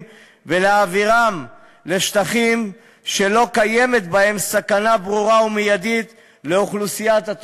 ולהעבירם לשטחים שלא קיימת בהם סכנה ברורה ומיידית לאוכלוסייה.